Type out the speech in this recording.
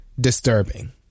disturbing